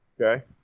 Okay